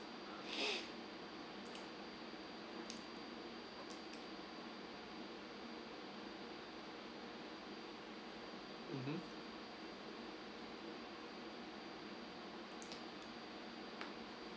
(ppbo) mmhmm